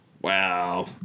Wow